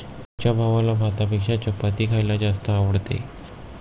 मोहितच्या भावाला भातापेक्षा चपाती खायला जास्त आवडते